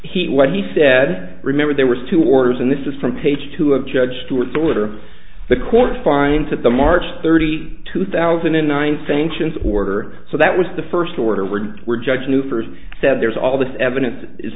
he went he said remember there were two orders and this is from page two of judge stuart fuller the court finds that the march thirty two thousand and nine sanctions order so that was the first order words were judge new first said there's all this evidence is